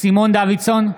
סימון דוידסון,